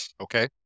Okay